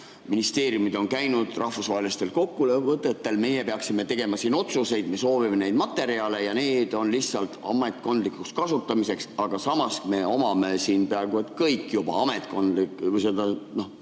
ministeeriumid on käinud rahvusvahelistel kokkuvõtetel, meie peaksime siin tegema otsuseid, me soovime neid materjale ja need on ametkondlikuks kasutamiseks, aga samas me omame siin peaaegu kõik juba seda luba.